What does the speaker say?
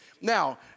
Now